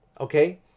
okay